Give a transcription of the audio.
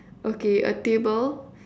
okay a table